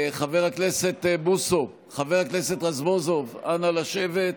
חבר הכנסת בוסו, חבר הכנסת רזבוזוב, אנא, לשבת.